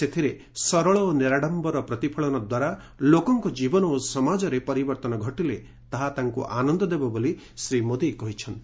ସେଥିରେ ସରଳ ଓ ନିରାଡ଼ମ୍ଘର ପ୍ରତିଫଳନ ଦ୍ୱାରା ଲୋକଙ୍କ ଜୀବନ ଓ ସମାଜରେ ପରିବର୍ତ୍ତନ ଘଟିଲେ ତାହା ତାଙ୍କୁ ଆନନ୍ଦ ଦେବ ବୋଲି ଶ୍ରୀ ମୋଦି କହିଛନ୍ତି